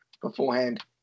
beforehand